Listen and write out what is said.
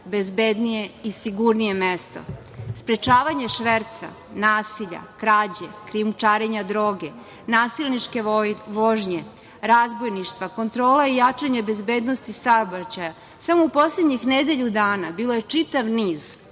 bezbednije i sigurnije mesto. Sprečavanje šverca, nasilja, krađe, krijumčarenja droge, nasilničke vožnje, razbojništva, kontrola jačanja bezbednosti saobraćaja samo u poslednjih nedelju dana bio je čitav niz